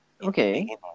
Okay